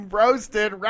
roasted